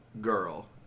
girl